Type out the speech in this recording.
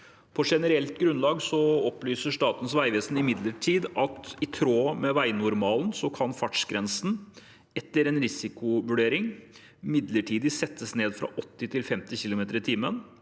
På generelt grunnlag opplyser Statens vegvesen imidlertid at i tråd med veinormalen kan fartsgrensen etter en risikovurdering midlertidig settes ned fra 80 km/t til